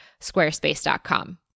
Squarespace.com